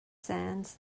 sands